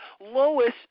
Lois